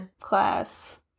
class